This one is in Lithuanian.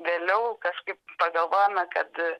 vėliau kažkaip pagalvojome kad